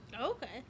Okay